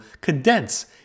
condense